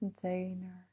container